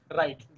right